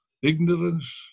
Ignorance